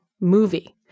movie